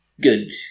good